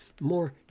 more